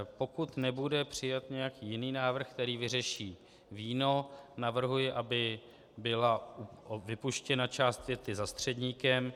Pokud nebude přijat nějaký jiný návrh, který vyřeší víno, navrhuji, aby byla vypuštěna část věty za středníkem.